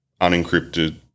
Unencrypted